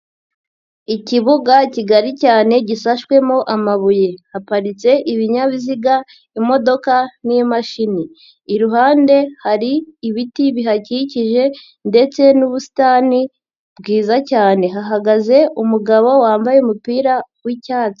Ikibuga kigari cyane gifashwemo amabuye, haparitse ibinyabiziga imodoka n'imashini, iruhande hari ibiti bihakikije ndetse n'ubusitani bwiza cyane, hahagaze umugabo wambaye umupira w'icyatsi.